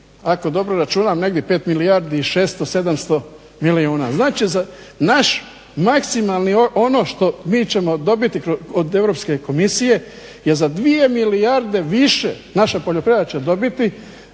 ako dobro računam, negdje 5 milijardi i 600, 700 milijuna. Znači, za naš maksimalni, ono što mi ćemo dobiti od Eurospke komisije, je za dvije milijarde više, naša poljoprivreda će dobiti